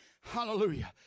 Hallelujah